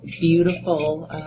Beautiful